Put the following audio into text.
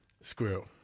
Squirrel